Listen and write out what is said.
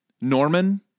Norman